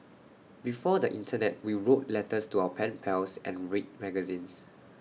before the Internet we wrote letters to our pen pals and read magazines